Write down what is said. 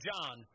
John